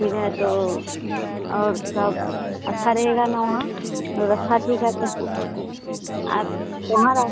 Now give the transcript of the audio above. ठीक है तो और सब अच्छा रहेगा ना वहाँ व्यवस्था ठीक है आप कहाँ रह